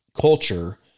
culture